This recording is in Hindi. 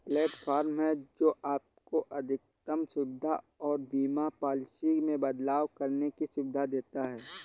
प्लेटफॉर्म है, जो आपको अधिकतम सुविधा और बीमा पॉलिसी में बदलाव करने की सुविधा देता है